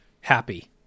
happy